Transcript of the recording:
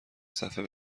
صفحه